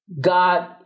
God